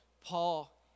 Paul